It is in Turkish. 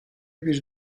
bir